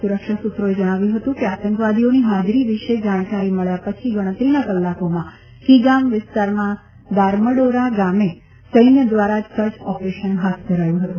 સુરક્ષા સૂત્રોએ જણાવ્યું હતું કે આતંકવાદીઓની હાજરી વિશે જાણકારી મળ્યા પછી ગણતરીના કલાકોમાં કીગામ વિસ્તારમાં દારમડોરા ગામે સૈન્ય દ્વારા જ સર્ચ ઓપરેશન હાથ ધરાયું હતું